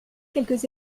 quelques